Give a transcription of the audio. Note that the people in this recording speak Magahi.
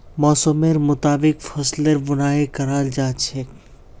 मौसमेर मुताबिक फसलेर बुनाई कराल जा छेक